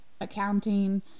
Accounting